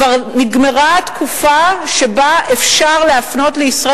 כבר נגמרה התקופה שבה אפשר להפנות לישראל